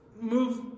move